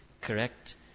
correct